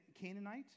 Canaanite